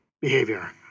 behavior